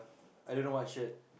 I don't know what shirt